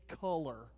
color